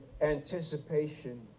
anticipation